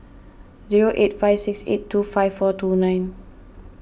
zero eight five six eight two five four two nine